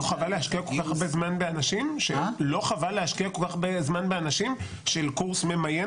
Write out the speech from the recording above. לא חבל להשקיע כל כך הרבה זמן באנשים של קורס ממיין,